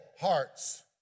hearts